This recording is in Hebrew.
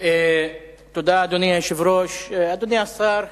אדוני היושב-ראש, אדוני השר,